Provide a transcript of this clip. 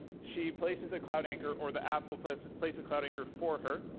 she places a cloud anchor or the app will place place a cloud anchor for her.